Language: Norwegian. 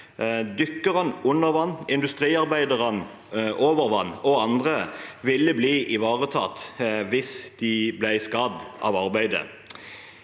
dykkerne under vann, industriarbeiderne over vann og andre – ville blitt ivaretatt hvis de ble skadd av arbeidet.